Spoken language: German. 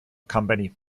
company